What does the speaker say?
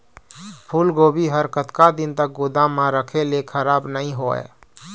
फूलगोभी हर कतका दिन तक गोदाम म रखे ले खराब नई होय?